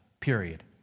Period